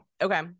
Okay